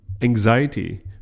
Anxiety